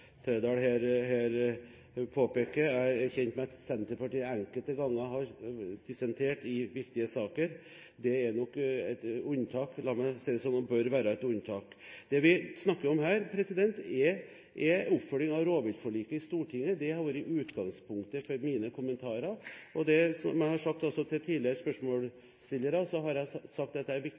her påpeker. Jeg er kjent med at Senterpartiet enkelte ganger har dissentert i viktige saker. Det er nok et unntak, og, la meg si det sånn, det bør være et unntak. Det vi snakker om her, er oppfølgingen av rovviltforliket i Stortinget. Det har vært utgangspunktet for mine kommentarer. Det jeg også har sagt til tidligere spørsmålsstillere,